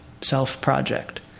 self-project